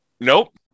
Nope